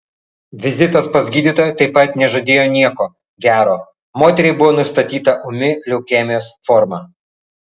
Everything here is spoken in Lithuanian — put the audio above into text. vizitas pas gydytoją taip pat nežadėjo nieko gero moteriai buvo nustatyta ūmi leukemijos forma